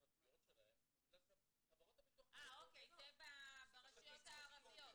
התביעות שלהם ובגלל שחברות הביטוח -- זה ברשויות הערביות,